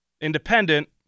independent